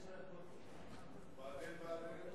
ו"בעדין בעדין"?